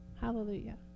Hallelujah